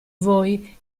voi